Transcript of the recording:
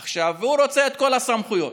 עכשיו הוא רוצה את כל הסמכויות.